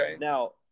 Now